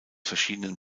verschiedenen